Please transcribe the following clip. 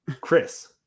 Chris